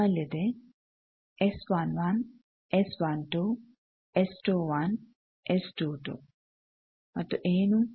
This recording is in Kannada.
ನಮ್ಮಲ್ಲಿದೆ ಮತ್ತು ಏನು